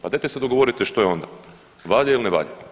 Pa dajte se dogovorite što je onda, valja ili ne valja?